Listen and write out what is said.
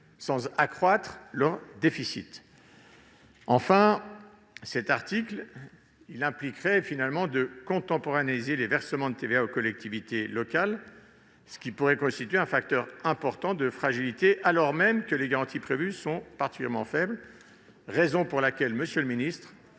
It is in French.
sans accroître leur déficit. Enfin, l'adoption de cet article impliquerait finalement de contemporanéiser les versements de TVA aux collectivités locales, ce qui pourrait constituer un facteur important de fragilité, alors même que les garanties prévues sont particulièrement faibles. En conséquence, nous proposons